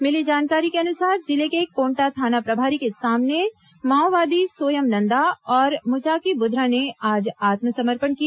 मिली जानकारी के अनुसार जिले के कोंटा थाना प्रभारी के सामने माओवादी सोयम नंदा और मुचाकी बुधरा ने आज आत्मसमर्पण किया